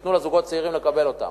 שייתנו לזוגות הצעירים לקבל אותן.